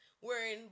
wearing